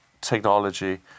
technology